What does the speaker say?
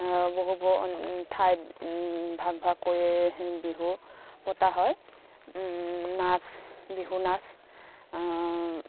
বহুত বহুত ঠাইত ভাগ ভাগ কৰি বিহু পতা হয় নাচ বিহু নাচ